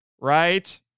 right